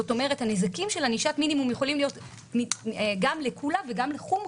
כלומר הנזקים של ענישת מינימום יכולים להיות גם לקולא וגם לחומרה.